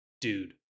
dude